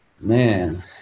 Man